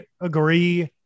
agree